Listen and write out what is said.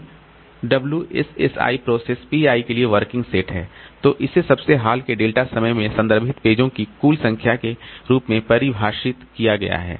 फिर WSSi process Pi के लिए वर्किंग सेट है इसे सबसे हाल के डेल्टा समय में संदर्भित पेजों की कुल संख्या के रूप में परिभाषित किया गया है